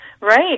Right